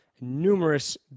numerous